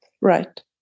Right